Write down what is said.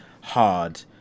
hard